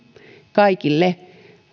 kaikille